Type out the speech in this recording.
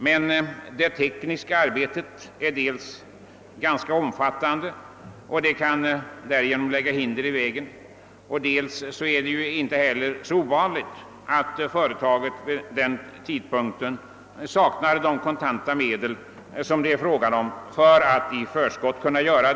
Men det tekniska arbetet är ganska omfattande och kan där lägga hinder i vägen, och det är heller inte ovanligt att företagen vid denna del av året saknar de kontanta medel som behövs för att kunna göra skatteinbetalningarna i förskott.